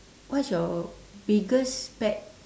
what is your biggest pet